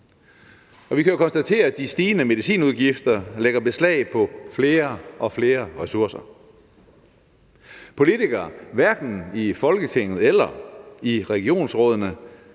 vi kan jo konstatere, at de stigende medicinudgifter lægger beslag på flere og flere ressourcer. Politikere, hverken i Folketinget eller i regionsrådene,